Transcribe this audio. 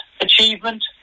achievement